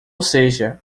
seja